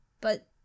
But-